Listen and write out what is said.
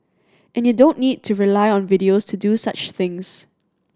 and you don't need to rely on videos to do such things